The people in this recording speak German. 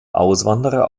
auswanderer